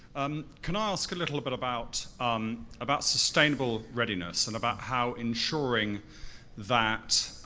um can i ask a little bit about um about sustainable readiness, and about how ensuring that,